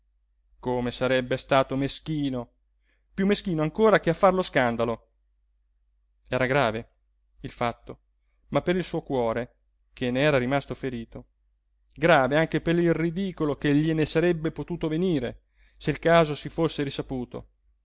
come sarebbe stato meschino piú meschino ancora che a far lo scandalo era grave il fatto ma per il suo cuore che n'era rimasto ferito grave anche per il ridicolo che gliene sarebbe potuto venire se il caso si fosse risaputo